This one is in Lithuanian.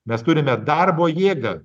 mes turime darbo jėgą